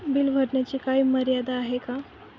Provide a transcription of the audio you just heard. Bill भरण्याची काही मर्यादा आहे का?